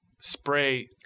spray